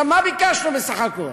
עכשיו, מה ביקשנו בסך הכול?